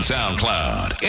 SoundCloud